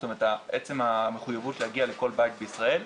זאת אומרת עצם המחויבות להגיע לכל בית בישראל,